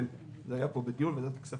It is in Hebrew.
כן, זה היה בדיון בוועדת הכספים.